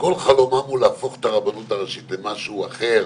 שכל חלומם הוא להפוך את הרבנות הראשית למשהו אחר.